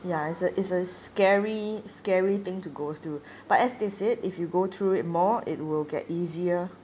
ya is a is a scary scary thing to go through but as they said if you go through it more it will get easier